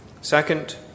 Second